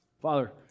Father